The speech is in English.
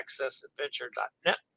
accessadventure.net